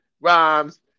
rhymes